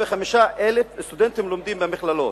65,000 סטודנטים למדו במכללות,